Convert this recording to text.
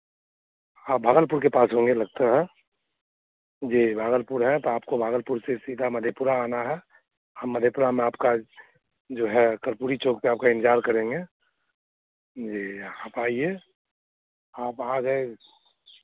हाँ भागलपुर के पास होंगे लगता है जी भागलपुर है तो आपको भागलपुर से सीधा मधेपुरा आना है हम मधेपुरा में आपका जो है कर्पूरी चौक पे आपका इंतजार करेंगे जी आप आइए आप आ गए